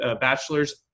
Bachelor's